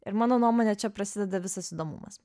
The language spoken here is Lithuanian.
ir mano nuomone čia prasideda visas įdomumas